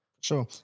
sure